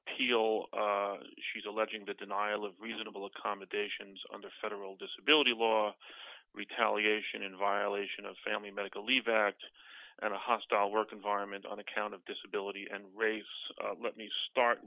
appeal she's alleging the denial of reasonable accommodations under federal disability law retaliation in violation of family medical leave act and a hostile work environment on account of disability and race let me start